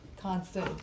constant